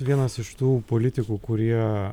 vienas iš tų politikų kurie